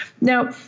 Now